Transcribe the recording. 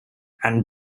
and